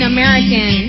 American